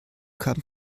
kam